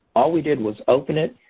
all we did was open it,